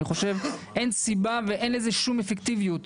אני חושב שאין סיבה ואין לכך שום אפקטיביות